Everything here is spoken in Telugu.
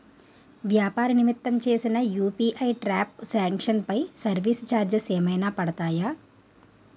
వ్యాపార నిమిత్తం చేసిన యు.పి.ఐ ట్రాన్ సాంక్షన్ పై సర్వీస్ చార్జెస్ ఏమైనా పడతాయా?